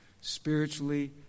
Spiritually